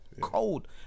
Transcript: cold